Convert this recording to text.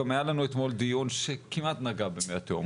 גם היה לנו אתמול דיון שכמעט נגע במי התהום,